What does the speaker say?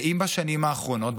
ואם בשנים האחרונות,